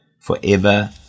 forever